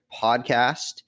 podcast